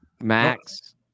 Max